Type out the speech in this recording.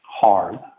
hard